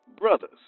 Brothers